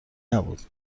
نبود